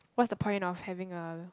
what's the point of having a